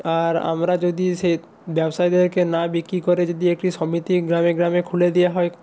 আর আমরা যদি সেই ব্যবসায়ীদেরকে না বিক্রি করে যদি একটি সমিতি গ্রামে গ্রামে খুলে দেওয়া হয়